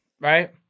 Right